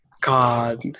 God